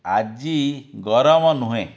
ଆଜି ଗରମ ନୁହେଁ